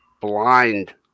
blind